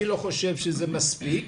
אני לא חושב שזה מספיק,